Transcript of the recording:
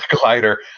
glider